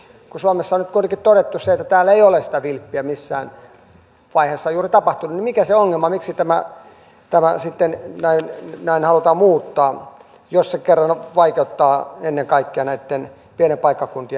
kun suomessa nyt on kuitenkin todettu se että täällä ei ole sitä vilppiä missään vaiheessa juuri tapahtunut niin mikä se ongelma on miksi tämä sitten näin halutaan muuttaa jos se kerran vaikeuttaa ennen kaikkea pienten paikkakuntien ehdokasasettelua